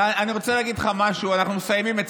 אני רוצה להגיד לך משהו, סיימנו